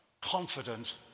confident